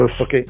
Okay